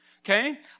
okay